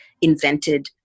invented